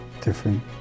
different